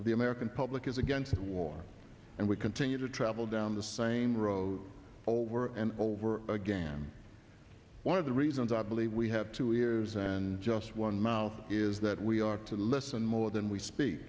of the american public is against the war and we continue to travel down the same road over and over again one of the reasons i believe we have two ears and just one mouth is that we are to listen more than we speak